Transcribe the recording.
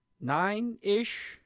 nine-ish